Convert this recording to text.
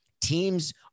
Teams